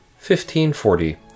1540